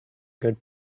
good